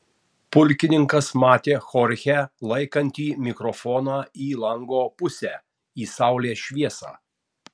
pulkininkas matė chorchę laikantį mikrofoną į lango pusę į saulės šviesą